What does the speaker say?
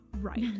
Right